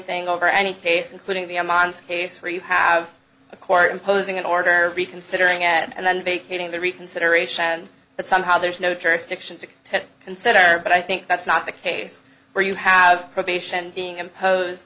thing over any case including the amman's case where you have a court imposing an order reconsidering ad and then vacating the reconsideration but somehow there's no jurisdiction to to consider but i think that's not the case where you have probation being imposed